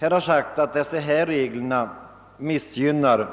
Här har sagts att dessa regler missgynnar